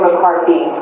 McCarthy